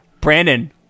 brandon